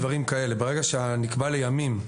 ברגע שנקבע לימים,